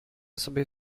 sobie